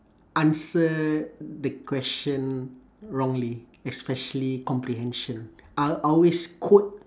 answer the question wrongly especially comprehension I'll always quote